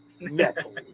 Metal